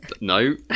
No